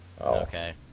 okay